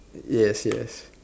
yes yes